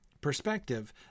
perspective